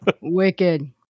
Wicked